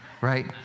right